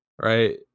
right